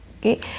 Okay